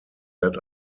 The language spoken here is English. that